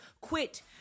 quit